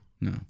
No